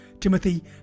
Timothy